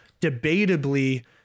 debatably